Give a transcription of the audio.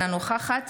אינה נוכחת